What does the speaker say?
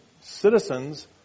citizens